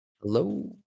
Hello